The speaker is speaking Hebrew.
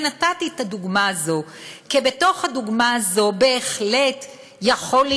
אני נתתי את הדוגמה כי בתוך הדוגמה הזאת בהחלט יכולה